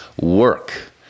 work